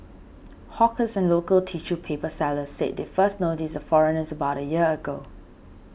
hawkers and local tissue paper sellers said they first noticed the foreigners about a year ago